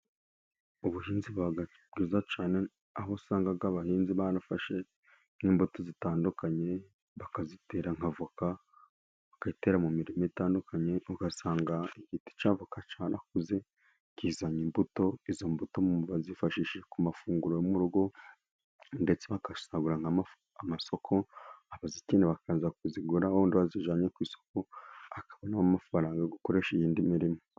Ubuhinzi buba bwiza cyane, aho usanga abahinzi banafashe n'imbuto zitandukanye bakazitera nk'avoka, bagatera mu mirimo itandukanye, ugasanga igiti cya voka cyarakuze kizanye imbuto, izo mbuto bazifashishije ku mafunguro yo mu rugo, ndetse bagasagurira amasoko, abazikenera bakaza kuzigura wa wundi wazijyanye ku isoko akabonamo amafaranga yo gukoresha iyindi mirimo.